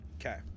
Okay